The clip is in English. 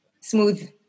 Smooth